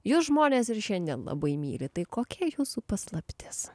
jūs žmonės ir šiandien labai mylit tai kokia jūsų paslaptis